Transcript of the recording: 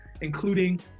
including